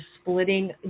splitting